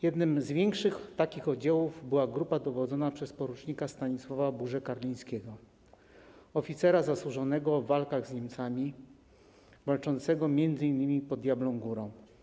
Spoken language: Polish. Jednym z większych oddziałów była grupa dowodzona przez por. Stanisława Burzę-Karlińskiego, oficera zasłużonego w walkach z Niemcami, walczącego m.in. pod Diablą Górą.